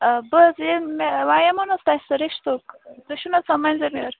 آ بہٕ حظ یٔمۍ مےٚ ونیٛاو مو نا تۄہہِ سُہ رِشتُک تُہۍ چھُو نا سا مٔنٛزِم یور